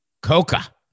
Coca